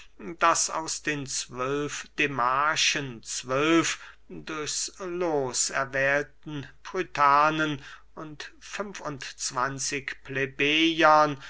das aus den zwölf demarchen zwölf durchs loos erwählten prytanen und